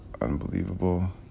Unbelievable